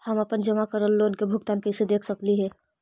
हम अपन जमा करल लोन के भुगतान कैसे देख सकली हे?